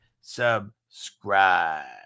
subscribe